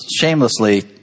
Shamelessly